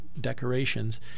decorations